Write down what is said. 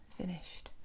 finished